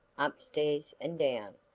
upstairs and down,